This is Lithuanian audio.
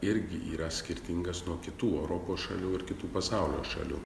irgi yra skirtingas nuo kitų europos šalių ir kitų pasaulio šalių